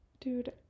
Dude